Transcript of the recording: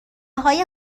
های